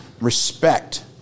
respect